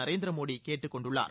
நரேந்திர மோடி கேட்டுக் கொண்டுள்ளார்